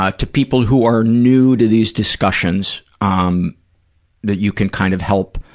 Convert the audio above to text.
ah to people who are new to these discussions, ah um that you can kind of help